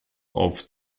auf